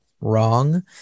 wrong